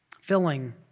filling